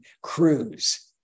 Cruise